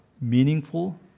meaningful